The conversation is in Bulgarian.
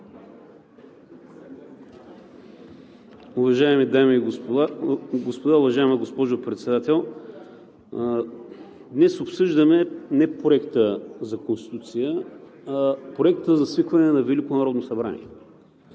Уважаеми дами и господа, уважаема госпожо Председател! Днес обсъждаме не Проекта за Конституция, а Проекта за свикване на